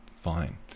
fine